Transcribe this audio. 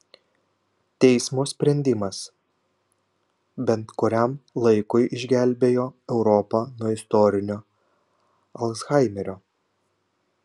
teismo sprendimas bent kuriam laikui išgelbėjo europą nuo istorinio alzhaimerio